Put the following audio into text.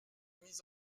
mises